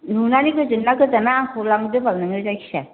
नुनानै गोजोनोना गोजोना आंखौ लांदोबाल नोङो जायखिया